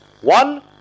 One